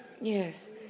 yes